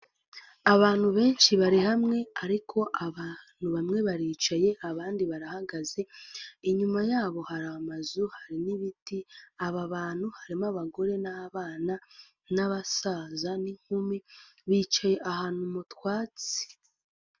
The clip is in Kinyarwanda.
Abantu benshi bari hamwe ariko abantu bamwe baricaye abandi barahagaze, inyuma yabo hari amazu hari n'ibiti aba bantu harimo abagore n'abana n'abasaza n'inkumi bicaye ahantu mu twatsi.